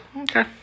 Okay